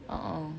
a'ah